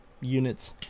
units